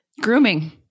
Grooming